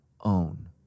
own